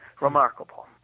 Remarkable